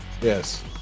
Yes